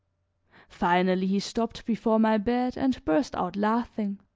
finally he stopped before my bed and burst out laughing.